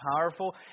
powerful